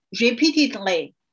repeatedly